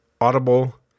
audible